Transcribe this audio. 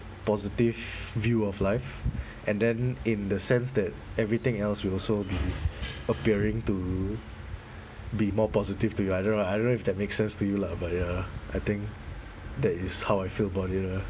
positive view of life and then in the sense that everything else will also be appearing to be more positive to you I don't know I don't know if that makes sense to you lah but ya I think that is how I feel about it lah